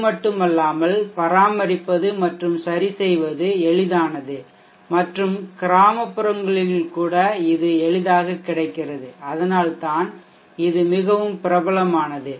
அது மட்டுமல்லாமல் பராமரிப்பது மற்றும் சரிசெய்வது எளிதானது மற்றும் கிராமப்புறங்களில் கூட இது எளிதாகக் கிடைக்கிறது அதனால்தான் இது மிகவும் பிரபலமானது